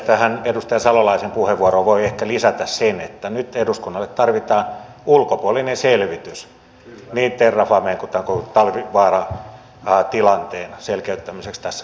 tähän edustaja salolaisen puheenvuoroon voi ehkä lisätä sen että nyt eduskunnalle tarvitaan ulkopuolinen selvitys niin terrafamen kuin tämän koko talvivaaran tilanteen selkeyttämiseksi tässä salissa